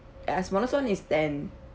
ya smallest one is ten